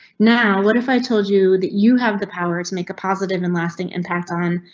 now what if i told you that you have the power to make a positive and lasting impact on?